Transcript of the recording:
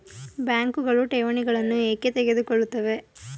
ಬ್ಯಾಂಕುಗಳು ಠೇವಣಿಗಳನ್ನು ಏಕೆ ತೆಗೆದುಕೊಳ್ಳುತ್ತವೆ?